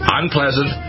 unpleasant